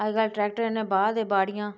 अज्जकल ट्रैक्टर कन्नै बाह् दे बाड़ियां